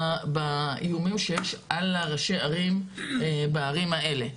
באיומים שיש על ראשי הערים בערים האלה.